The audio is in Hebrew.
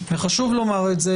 וחשוב לומר את זה,